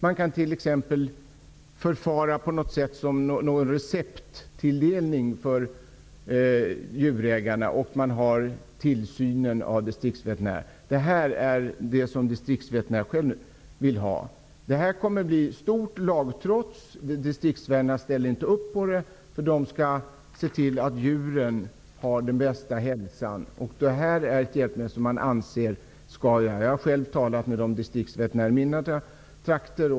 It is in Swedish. Man kan t.ex. förfara så att djurägarna får dressörer på recept. Det är ett system som distriktsveterinärerna själva vill ha. Det kommer här att bli fråga om omfattande lagtrots. Distriksveterinärerna ställer inte upp. De skall se till att djuren har den bästa hälsan. Jag har själv talat med distriktsveterinärerna i mina trakter.